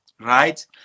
right